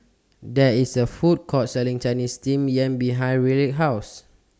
There IS A Food Court Selling Chinese Steamed Yam behind Ryleigh's House